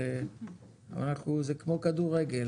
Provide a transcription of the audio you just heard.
זה כמו כדורגל,